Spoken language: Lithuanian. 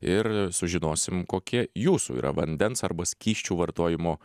ir sužinosim kokie jūsų yra vandens arba skysčių vartojimo